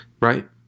Right